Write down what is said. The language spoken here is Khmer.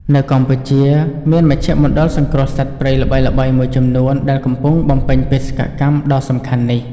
នៅកម្ពុជា មានមជ្ឈមណ្ឌលសង្គ្រោះសត្វព្រៃល្បីៗមួយចំនួនដែលកំពុងបំពេញបេសកកម្មដ៏សំខាន់នេះ។